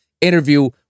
interview